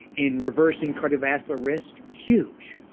in reversing cardiovascular risk. huge.